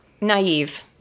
naive